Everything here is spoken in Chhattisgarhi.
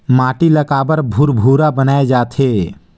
माटी ला काबर भुरभुरा बनाय जाथे?